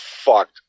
fucked